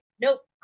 Nope